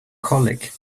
colic